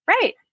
Right